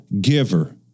giver